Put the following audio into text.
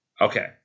Okay